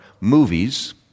movies